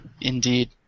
Indeed